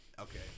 Okay